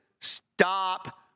stop